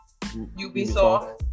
Ubisoft